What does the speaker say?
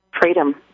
Freedom